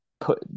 put